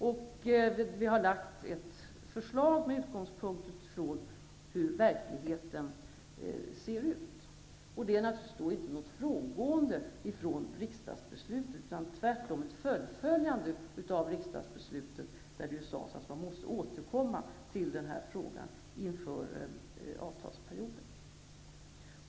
Regeringen har lagt fram ett förslag med utgångspunkt från hur verkligheten ser ut. Det är natuligtivis inte att frångå riksdagsbeslutet, utan det är tvärtom ett fullföljande av riksdagsbeslutet, där det ju sades att man måste återkomma till denna fråga inför en ny avtalsperiod.